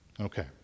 Okay